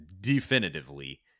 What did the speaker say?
definitively